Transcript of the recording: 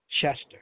Chester